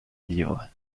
livre